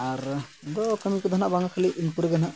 ᱟᱨ ᱤᱧ ᱫᱚ ᱠᱟᱹᱢᱤ ᱠᱚᱫᱚ ᱦᱟᱸᱜ ᱵᱟᱝ ᱠᱷᱟᱹᱞᱤ ᱤᱧ ᱠᱚᱨᱮ ᱫᱚ ᱦᱟᱸᱜ